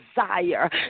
desire